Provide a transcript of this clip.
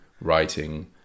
writing